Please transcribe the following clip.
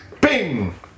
bing